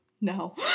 no